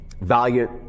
valiant